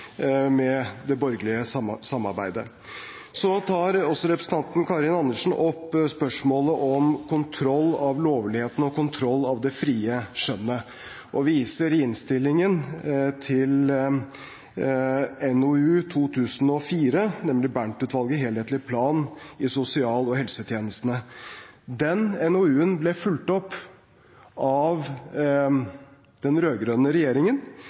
med det borgerlige samarbeidet. Representanten Karin Andersen tar også opp spørsmålet om kontroll av lovligheten og kontroll av det frie skjønnet og viser i innstillingen til NOU 2004:18 Helhet og plan i sosial- og helsetjenestene, altså Bernt-utvalget. Den NOU-en ble fulgt opp av den rød-grønne regjeringen